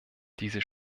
dieses